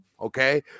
Okay